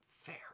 fair